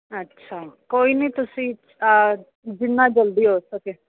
ਅੱਛਾ ਕੋਈ ਨਹੀਂ ਤੁਸੀਂ ਜਿੰਨਾ ਜਲਦੀ ਹੋ ਸਕੇ